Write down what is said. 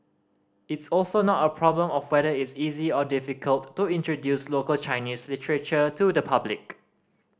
it's also not a problem of feather it's easy or difficult to introduce local Chinese literature to the public